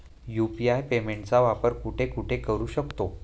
UPI पेमेंटचा वापर कुठे कुठे करू शकतो?